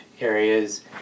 areas